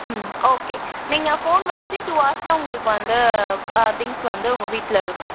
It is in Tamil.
ம் ஓகே நீங்கள் போன் வச்சு டூ ஹார்ஸில் உங்களுக்கு வந்து திங்க்ஸ் வந்து உங்கள் வீட்டில் இருக்கும்